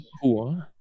cool